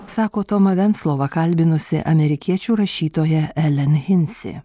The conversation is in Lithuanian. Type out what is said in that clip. sako tomą venclovą kalbinusi amerikiečių rašytoja elen hinsi